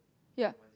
ya